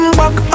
back